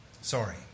Sorry